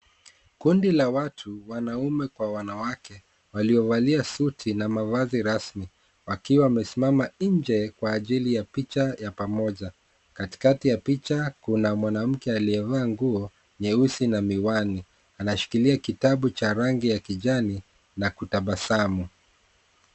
Kundi la watu, wanaume kwa wanawake, waliovalia suti na mavazi rasmi, wakiwa wamesimama nje kwa ajili ya picha ya pamoja, katikati ya picha kuna mwanamke aliyevaa nguo nyeusi na miwani, anashikilia kitabu cha rangi ya kijani na kutabasamu.